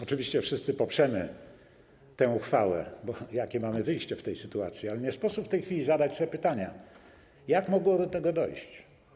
Oczywiście wszyscy poprzemy tę uchwałę, bo jakie mamy wyjście w tej sytuacji, ale nie sposób nie zadać sobie pytania, jak mogło do tego dojść.